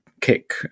kick